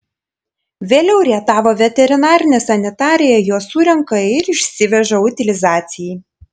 vėliau rietavo veterinarinė sanitarija juos surenka ir išsiveža utilizacijai